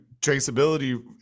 traceability